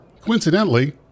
coincidentally